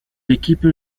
l’équipe